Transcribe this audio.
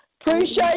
Appreciate